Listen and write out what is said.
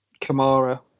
Kamara